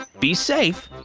be safe.